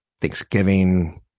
Thanksgiving